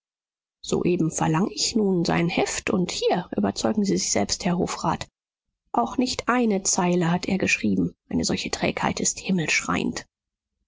soeben verlang ich nun sein heft und hier überzeugen sie sich selbst herr hofrat auch nicht eine zeile hat er geschrieben eine solche trägheit ist